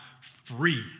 free